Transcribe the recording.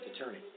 Attorney